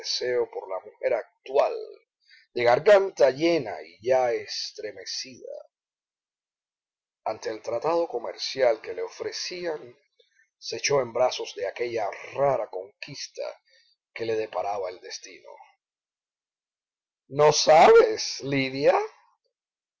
deseo por la mujer actual de garganta llena y ya estremecida ante el tratado comercial que le ofrecían se echó en brazos de aquella rara conquista que le deparaba el destino no sabes lidia